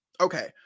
okay